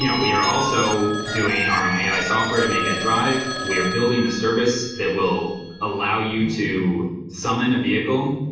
you know we are also doing our own ai software to make it drive. we are building a service that will allow you to summon a vehicle.